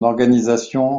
organisation